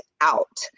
out